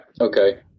Okay